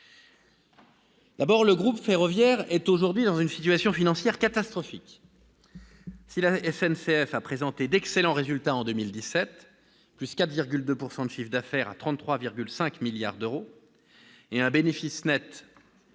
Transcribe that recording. D'abord, le groupe ferroviaire est aujourd'hui dans une situation financière catastrophique. Si la SNCF a présenté d'excellents résultats en 2017, avec une hausse de 4,2 % de son chiffre d'affaires, à 33,5 milliards d'euros, et un bénéfice net de 1,33